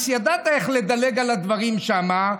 ידעת איך לדלג על הדברים שם,